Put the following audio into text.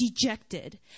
dejected